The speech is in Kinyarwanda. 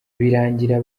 birangira